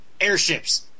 airships